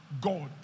God